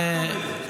רצחו בדואים.